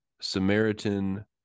Samaritan